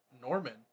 Norman